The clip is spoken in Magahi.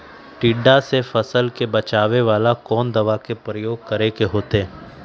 टिड्डा से फसल के बचावेला कौन दावा के प्रयोग करके होतै?